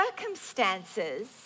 circumstances